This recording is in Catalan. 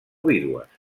vídues